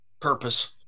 purpose